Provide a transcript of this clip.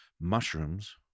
mushrooms